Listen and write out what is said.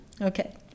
Okay